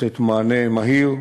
לתת מענה מהיר.